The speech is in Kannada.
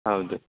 ಹೌದು